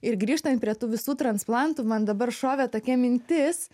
ir grįžtant prie tų visų transplantų man dabar šovė tokia mintis